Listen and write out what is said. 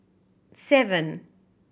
seven